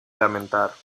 lamentar